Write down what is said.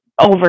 over